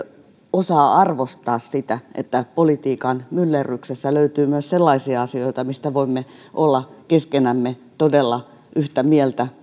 osaa arvostaa sitä että politiikan myllerryksessä löytyy myös sellaisia asioita joista voimme todella olla keskenämme yhtä mieltä